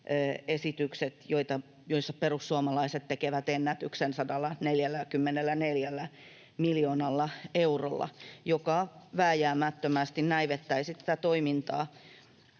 esitykset, joissa perussuomalaiset tekevät ennätyksen 144 miljoonalla eurolla, joka vääjäämättömästi näivettäisi tätä toimintaa.